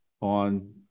on